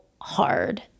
hard